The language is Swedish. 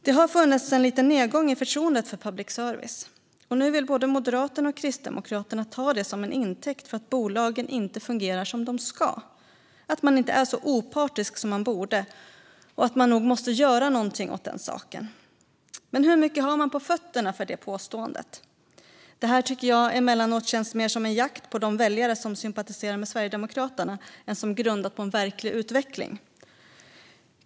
Det har funnits en liten nedgång i förtroendet för public service, och nu vill både Moderaterna och Kristdemokraterna ta det till intäkt för att bolagen inte fungerar som de ska, att de inte är så opartiska som de borde och att man nog måste göra något åt den saken. Men hur mycket har man på fötterna för det påståendet? Det här tycker jag emellanåt känns mer som en jakt efter de väljare som sympatiserar med Sverigedemokraterna än som grundat på en verklig utveckling.